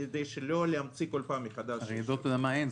כדי שלא נמציא כל פעם מחדש -- על רעידות אדמה אין.